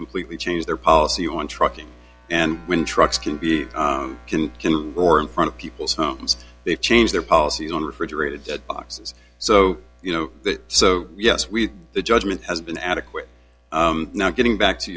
completely change their policy on trucking and when trucks can be can or in front of people's homes they change their policy on refrigerated boxes so you know so yes with the judgement has been adequate now getting back to